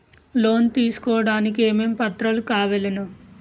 Loan తీసుకోడానికి ఏమేం పత్రాలు కావలెను?